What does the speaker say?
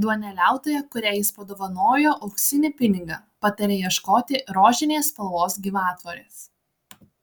duoneliautoja kuriai jis padovanoja auksinį pinigą pataria ieškoti rožinės spalvos gyvatvorės